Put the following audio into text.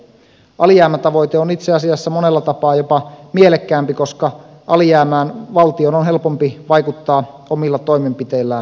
alijäämätavoite on itse asiassa monella tapaa jopa mielekkäämpi koska alijäämään valtion on helpompi vaikuttaa omilla toimenpiteillään